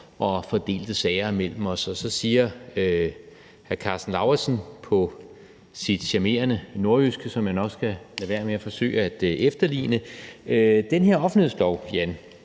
og fordelte sager mellem os. Og så siger hr. Karsten Lauritzen på sit charmerende nordjyske, som jeg nok skal lade være med at forsøge at efterligne: Den her offentlighedslov, Jan,